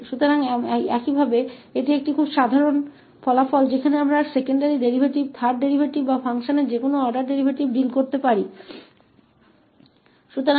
तो इस तरह यह एक बहुत ही सामान्य परिणाम है जहां हम द्वितीयक डेरीवेटिव तीसरे डेरीवेटिव या फ़ंक्शन के किसी भी क्रम डेरीवेटिव का सौदा कर सकते हैं